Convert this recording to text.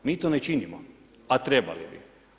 Mi to ne činimo, a trebali bi.